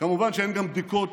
כמובן שאין גם בדיקת